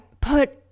put